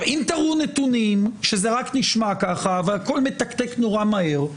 אם תראו נתונים שזה רק נשמע ככה והכול מתקתק נורא מהר,